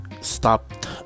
stopped